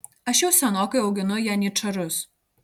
aš jau senokai auginu janyčarus